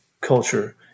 culture